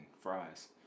fries